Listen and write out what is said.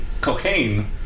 cocaine